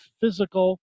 physical